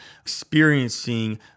experiencing